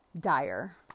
dire